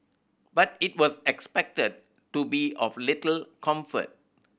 but it was expected to be of little comfort